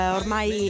ormai